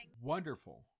wonderful